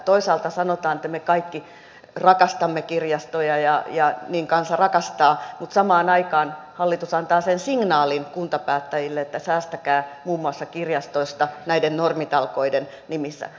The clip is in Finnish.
toisaalta sanotaan että me kaikki rakastamme kirjastoja ja niin kansa rakastaa mutta samaan aikaan hallitus antaa sen signaalin kuntapäättäjille että säästäkää muun muassa kirjastoista näiden normitalkoiden nimissä